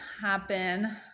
happen